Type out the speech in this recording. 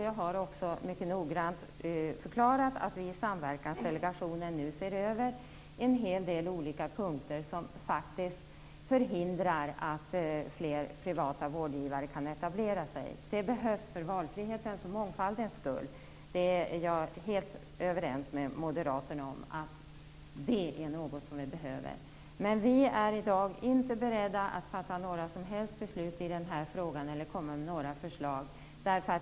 Jag har också mycket noggrant förklarat att vi i Samverkansdelegationen nu ser över en hel del olika punkter som faktiskt förhindrar att fler privata vårdgivare kan etablera sig. Det behövs för valfrihetens och mångfaldens skull, det är jag helt överens med Moderaterna om. Det är något som vi behöver. Men vi är i dag inte beredda att fatta några som helst beslut i den här frågan eller att komma med några förslag.